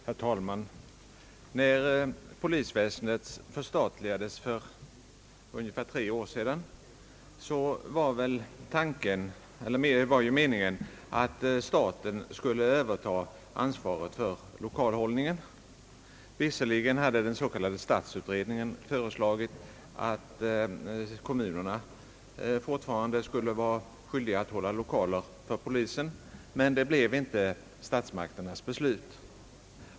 Herr talman! När polisväsendet förstatligades för ungefär tre år sedan var det meningen att staten skulle överta ansvaret för lokalhållningen. Visserligen hade den s.k. stadsutredningen föreslagit, att kommunerna fortfarande skulle vara skyldiga att hålla lokaler för polisen. Det blev dock inte statsmakternas beslut.